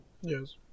Yes